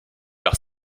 par